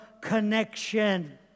connection